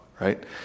Right